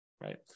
right